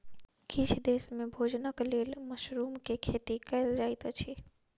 किछ देस में भोजनक लेल मशरुम के खेती कयल जाइत अछि